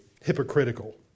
hypocritical